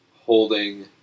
holding